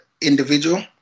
individual